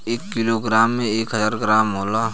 एक किलोग्राम में एक हजार ग्राम होला